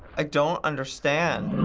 i don't understand.